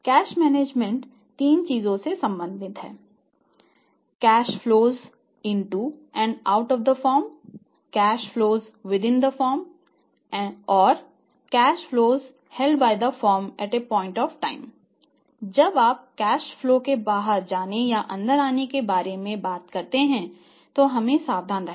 cash management के बाहर जाने या अंदर आने के बारे में बात करते हैं तो हमें सावधान रहना होगा